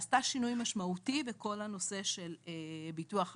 שעשתה שינוי משמעותי בכל הנושא של ביטוח הסיעוד.